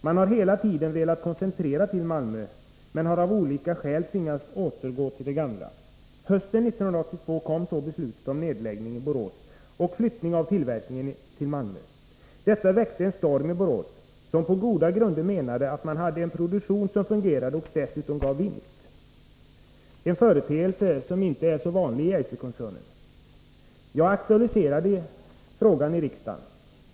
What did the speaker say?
Man har hela tiden velat koncentrera till Malmö men har av olika skäl tvingats återgå till det gamla. Hösten 1982 kom så beslutet om nedläggning i Borås och flyttning av tillverkningen till Malmö. Detta väckte en storm i Borås, där man på goda grunder menade att man hade en produktion som fungerade och dessutom gav vinst — en företeelse som inte är så vanlig i Eiserkoncernen. Jag aktualiserade frågan i riksdagen.